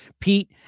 Pete